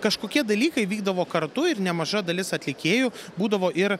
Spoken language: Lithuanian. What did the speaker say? kažkokie dalykai vykdavo kartu ir nemaža dalis atlikėjų būdavo ir